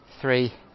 three